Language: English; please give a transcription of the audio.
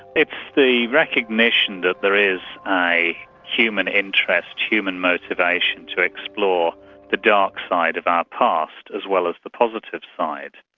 it's the recognition that there is a human interest, human motivation to explore the dark side of our past, as well as the positive side.